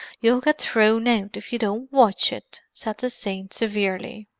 you'll get thrown out, if you don't watch it! said the saint severely.